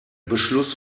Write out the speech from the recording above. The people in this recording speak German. beschluss